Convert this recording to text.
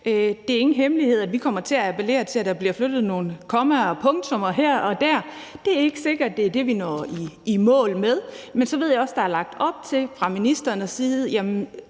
Det er ingen hemmelighed, at vi kommer til at appellere til, at der bliver flyttet nogle kommaer og punktummer her og der. Det er ikke sikkert, at det er det, vi når i mål med, men så ved jeg også, at der fra ministerens side er